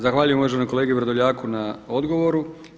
Zahvaljujem uvaženom kolegi Vrdoljaku na odgovoru.